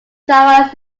drama